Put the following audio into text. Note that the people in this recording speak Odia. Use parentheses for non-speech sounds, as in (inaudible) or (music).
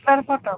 (unintelligible)